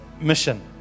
mission